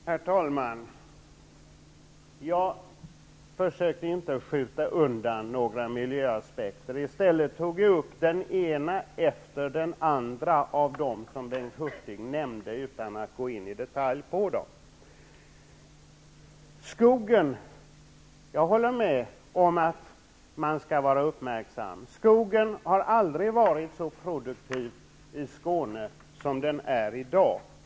Herr talman! Jag försökte inte skjuta undan några miljöaspekter. Jag tog i stället upp den ena efter den andra av dem som Bengt Hurtig nämnde, utan att gå in i detalj. Jag håller med om att man skall vara uppmärksam när det gäller skogen. Skogen har aldrig varit så produktiv i Skåne som den är i dag.